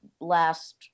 last